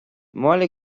mbaile